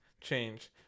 change